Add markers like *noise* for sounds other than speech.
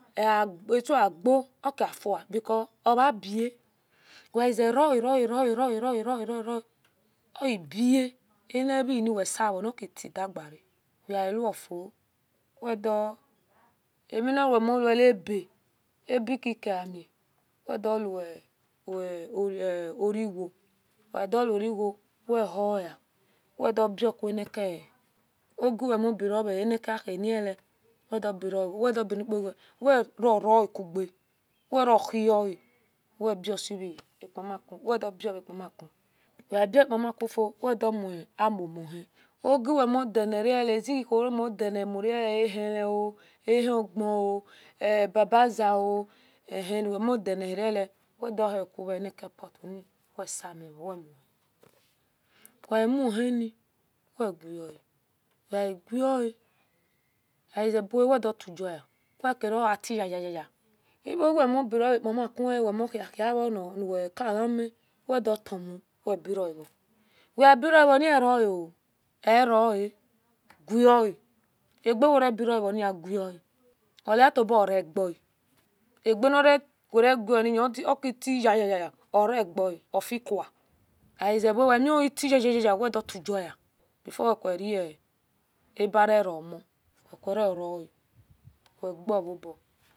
Asoago okafou because ovabi we ive roe roe roe roe roe oibe an vinwesivo otidigare weiwifia *hesitation* amina uwemouebe ebikaki ami *hesitation* wedo weorewo wedoweiwo wedohuea wedovovenogi ni ogi awemoboron niahenele wedo bire *hesitation* ikogi werorokuku weohia *hesitation* wedobia akmaku webiova akmaku fio we doe amumohi ogi wemo dalalale azegi uhor wemodalenole ehien ahigo babayo uwemodilerole wedahi conie put ni wesimiro wemuhie wuimuhini wevole weivole agizeba wdobwogev wedoka oatiyayaya ya ik ogi mowemobiro vepamaku ele wemo wedotimo webiroavo webironi eroao eroa gia abiuwerbio vomigoe oretobo regoa ageuwero vonina oktiyaya ya oregea oficoa azebo wem obi ya ya ya wedobwge before wecorebare roma fico roroe webiwobe